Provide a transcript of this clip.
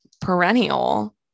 perennial